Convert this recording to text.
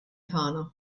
tagħna